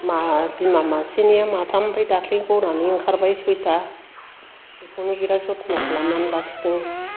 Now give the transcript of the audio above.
मा बिमा मासेनिया माथाम आमफाय दाख्लै ग'नानै ओंखारबाय सयथा बेखौनो बिराथ जथन' खालामनानै लाखिदों